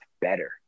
better